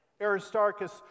Aristarchus